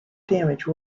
damage